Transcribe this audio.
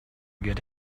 get